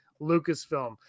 Lucasfilm